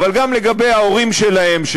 אבל גם לגבי ההורים שלהם,